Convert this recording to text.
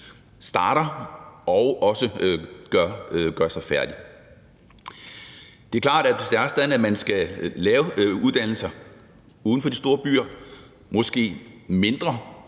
starter og gør sig færdig. Det er klart, at hvis det er sådan, at man skal lave uddannelser uden for de store byer, måske mindre